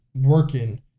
working